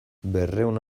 berrehun